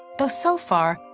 though so far,